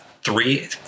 three